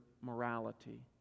morality